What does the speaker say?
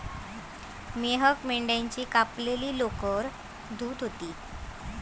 मेहक मेंढ्याची कापलेली लोकर धुत होती